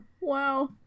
Wow